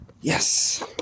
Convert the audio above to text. Yes